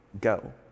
go